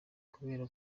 kubera